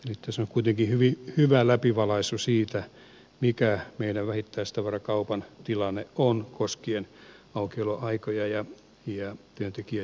tässä on kuitenkin hyvä läpivalaisu siitä mikä meidän vähittäistavarakaupan tilanne on koskien aukioloaikoja ja työntekijän ja yrittäjän asemaa